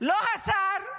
לא השר,